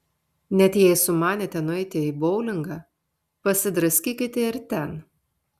net jei sumanėte nueiti į boulingą pasidraskykite ir ten